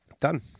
Done